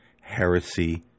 heresy